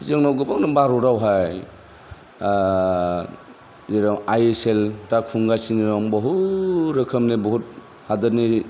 जोंनाव गोबां दं भारतावहाय जेराव आइएसएल खुंगासिनो दं बहुथ रोखोमनि बहुथ हादरनि